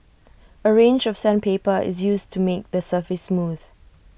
A range of sandpaper is used to make the surface smooth